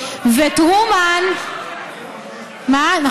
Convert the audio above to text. הגבילו אחרי הכהונה השלישית של רוזוולט.